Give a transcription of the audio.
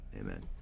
Amen